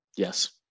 Yes